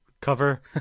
cover